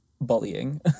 bullying